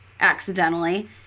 accidentally